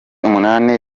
umunani